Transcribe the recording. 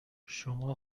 شما